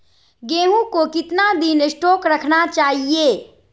गेंहू को कितना दिन स्टोक रखना चाइए?